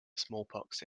smallpox